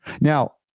Now